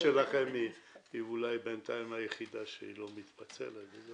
היחידה שלכם היא אולי בינתיים היחידה שלא מתפצלת.